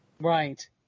Right